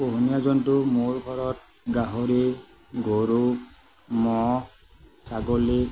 পোহনীয়া জন্তু মোৰ ঘৰত গাহৰি গৰু ম'হ ছাগলী